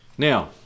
Now